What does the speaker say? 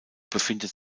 befindet